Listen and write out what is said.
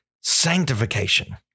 sanctification